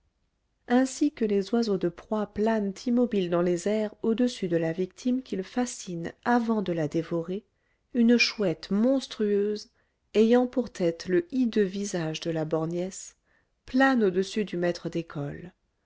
ainsi que les oiseaux de proie planent immobiles dans les airs au-dessus de la victime qu'ils fascinent avant de la dévorer une chouette monstrueuse ayant pour tête le hideux visage de la borgnesse plane au-dessus du maître d'école